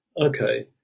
Okay